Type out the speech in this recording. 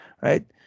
right